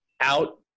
out